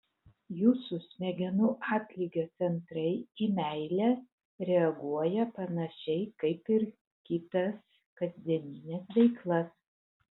jūsų smegenų atlygio centrai į meilę reaguoja panašiai kaip ir kitas kasdienines veiklas